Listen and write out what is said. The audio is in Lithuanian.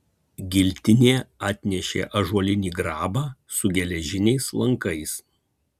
giltinė atnešė ąžuolinį grabą su geležiniais lankais